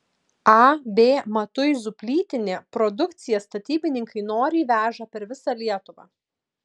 ab matuizų plytinė produkciją statybininkai noriai veža per visą lietuvą